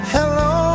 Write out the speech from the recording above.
Hello